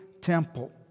temple